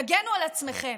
תגנו על עצמכם.